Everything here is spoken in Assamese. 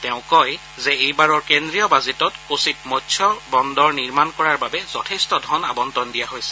তেওঁ কয় যে এইবাৰৰ কেন্দ্ৰীয় বাজেটত কোচিত মৎস্য বন্দৰ নিৰ্মণ কৰাৰ বাবে যথেষ্ট ধন আৱণ্টন দিয়া হৈছে